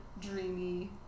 Dreamy